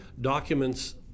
documents